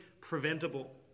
preventable